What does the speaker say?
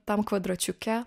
tam kvadračiuke